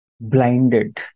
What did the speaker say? blinded